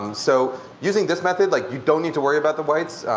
um so using this method like you don't need to worry about the whites.